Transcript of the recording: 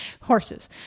Horses